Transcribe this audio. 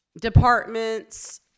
departments